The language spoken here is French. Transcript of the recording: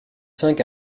cinq